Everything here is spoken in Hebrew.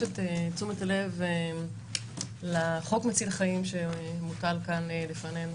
את תשומת הלב לחוק מציל חיים שמוטל כאן לפנינו,